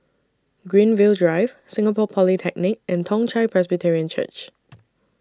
Greenfield Drive Singapore Polytechnic and Toong Chai Presbyterian Church